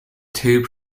two